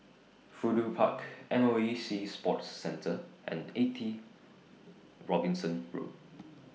Fudu Park M O E Sea Sports Centre and eighty Robinson Road